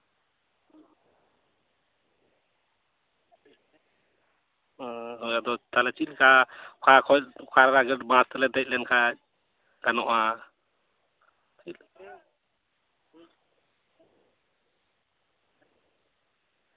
ᱦᱩᱸ ᱟᱫᱚ ᱛᱟᱞᱦᱮ ᱪᱮᱫᱞᱮᱠᱟ ᱚᱠᱟ ᱠᱷᱚᱱ ᱚᱠᱟ ᱨᱮᱱᱟᱜ ᱵᱟᱥ ᱛᱮᱞᱮ ᱫᱮᱡ ᱞᱮᱱ ᱠᱷᱟᱱ ᱜᱟᱱᱚᱜᱼᱟ